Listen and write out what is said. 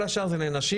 כל השאר זה לנשים.